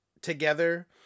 together